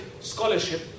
scholarship